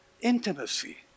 intimacy